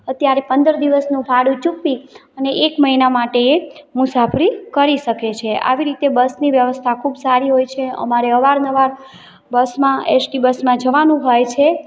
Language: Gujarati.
અત્યારે પંદર દિવસનું ભાડું ચૂકવી અને એક મહિના માટે મુસાફરી કરી શકે છે આવી રીતે બસની વ્યવસ્થા ખૂબ સારી હોય છે અમારે અવારનવાર બસમાં એસ ટી બસમાં જવાનું હોય છે